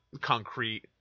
concrete